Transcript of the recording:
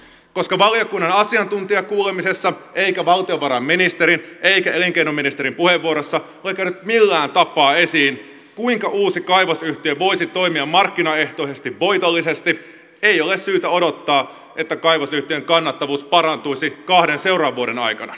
koska ei valiokunnan asiantuntijakuulemisessa eikä valtiovarainministerin eikä elinkeinoministerin puheenvuoroista ole käynyt millään tapaa ilmi kuinka uusi kaivosyhtiö voisi toimia markkinaehtoisesti voitollisesti ei ole syytä odottaa että kaivosyhtiön kannattavuus parantuisi kahden seuraavan vuoden aikana